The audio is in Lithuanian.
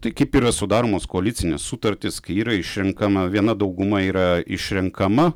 tai kaip yra sudaromos koalicinės sutartys kai yra išrenkama viena dauguma yra išrenkama